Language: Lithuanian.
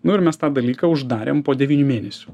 nu ir mes tą dalyką uždarėm po devynių mėnesių